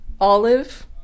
olive